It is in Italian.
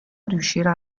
riuscirà